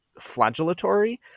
flagellatory